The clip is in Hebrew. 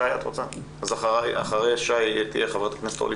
אז אחרי שי תהיה חברת הכנסת אורלי